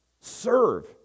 serve